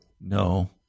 No